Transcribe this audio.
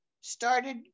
started